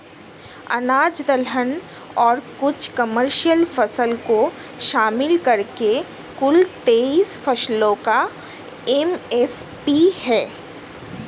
अनाज दलहन और कुछ कमर्शियल फसल को शामिल करके कुल तेईस फसलों का एम.एस.पी है